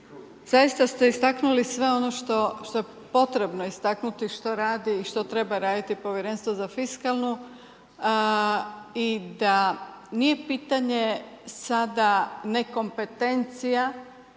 zaista ste istaknuli sve ono što je potrebno istaknuti što radi i što treba raditi Povjerenstvo za fiskalnu i da nije pitanje sada nekompetencija,